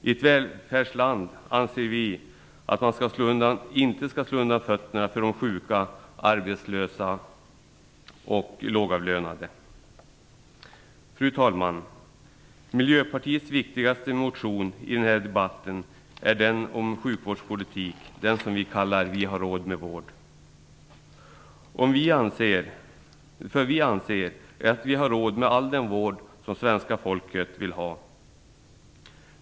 I ett välfärdsland anser vi att man inte skall slå undan fötterna för de sjuka, arbetslösa och lågavlönade. Fru talman! Miljöpartiets viktigaste motion i den här debatten är den om sjukvårdspolitik, den som vi kallar Vi har råd med vård. Vi anser att vi har råd med all den vård som svenska folket vill ha.